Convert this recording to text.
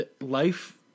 life